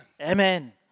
Amen